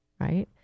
right